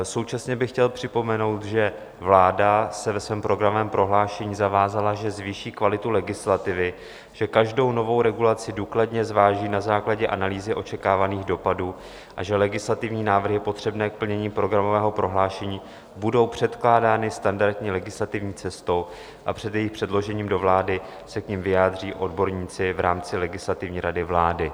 Současně bych chtěl připomenout, že vláda se ve svém programovém prohlášení zavázala, že zvýší kvalitu legislativy, že každou novou regulaci důkladně zváží na základě analýzy očekávaných dopadů a že legislativní návrhy potřebné k plnění programového prohlášení budou předkládány standardní legislativní cestou a před jejich předložením do vlády se k nim vyjádří odborníci v rámci Legislativní rady vlády.